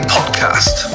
Podcast